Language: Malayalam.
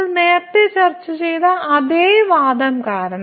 നമ്മൾ നേരത്തെ ചർച്ച ചെയ്ത അതേ വാദം കാരണം